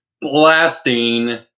blasting